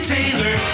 Taylor